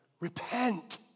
repent